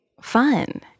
fun